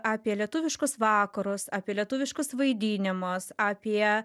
apie lietuviškus vakarus apie lietuviškus vaidinimus apie